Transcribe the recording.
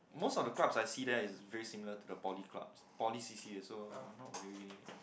most of the clubs I see there is very similar to the poly club poly C_C_A so not very